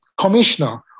commissioner